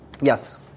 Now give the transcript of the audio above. Yes